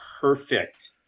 perfect